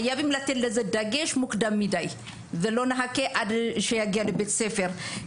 חייבים לתת לזה דגש מוקדם מדי ולא לחכות עד שיגיע לבית הספר.